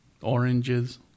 oranges